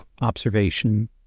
observation